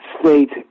state